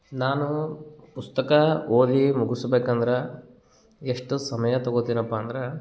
ನಾನು ಪುಸ್ತಕ ಓದಿ ಮುಗಿಸ್ಬೇಕಂದ್ರ ಎಷ್ಟು ಸಮಯ ತಗೊತೀನಪ್ಪಾ ಅಂದ್ರೆ